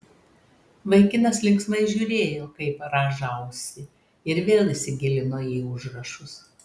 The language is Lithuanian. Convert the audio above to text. vaikinas linksmai žiūrėjo kaip rąžausi ir vėl įsigilino į užrašus